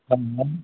हम हम